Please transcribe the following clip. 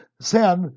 sin